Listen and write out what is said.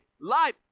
life